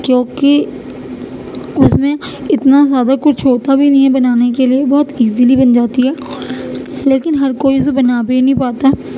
کیوں کہ اس میں اتنا زیادہ کچھ ہوتا بھی نہیں ہے بنانے کے لیے بہت ایزلی بن جاتی ہے لیکن ہر کوئی اسے بنا بھی نہیں پاتا